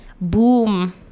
boom